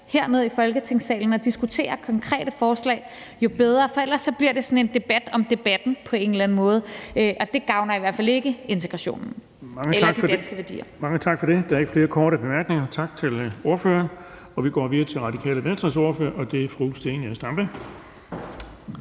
hernede i Folketingssalen og diskutere konkrete forslag, jo bedre. For ellers bliver det sådan en debat om debatten på en eller anden måde. Det gavner i hvert fald hverken integrationen eller de danske værdier. Kl. 12:28 Den fg. formand (Erling Bonnesen): Der er ikke flere korte bemærkninger. Tak til ordføreren. Vi går videre til Radikale Venstres ordfører, og det er fru Zenia Stampe.